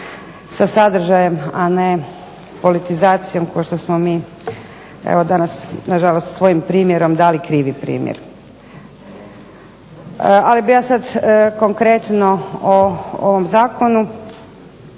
sa sadržajem a ne politizacijom kao što smo mi na žalost svojim primjerom dali krivi primjer. Ali bih ja sada konkretno o ovom zakonu